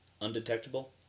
undetectable